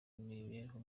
imibereho